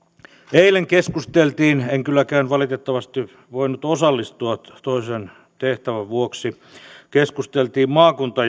eilen keskusteltiin maakunta ja sote kysymyksistä en kylläkään valitettavasti voinut osallistua toisen tehtävän vuoksi maakunta